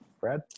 brad